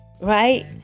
Right